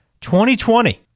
2020